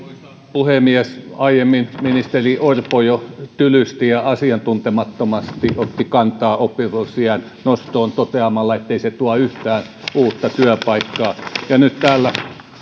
puhemies aiemmin ministeri orpo jo tylysti ja asiantuntemattomasti otti kantaa oppivelvollisuusiän nostoon toteamalla ettei se tuo yhtään uutta työpaikkaa ja nyt täällä